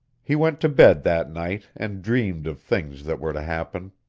he went to bed that night, and dreamed of things that were to happen.